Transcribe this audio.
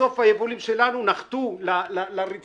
בסוף היבולים שלנו נחתו לרצפה.